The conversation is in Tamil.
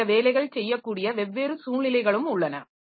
பின்னர் இந்த வேலைகள் செய்யக்கூடிய வெவ்வேறு சூழ்நிலைகளும் உள்ளன